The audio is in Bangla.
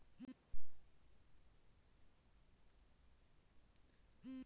টাকা জমা করাকে ডেবিট করা বলা হয়